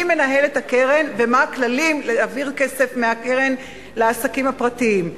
מי מנהל את הקרן ומה הכללים להעברת כסף מהקרן לעסקים הפרטיים.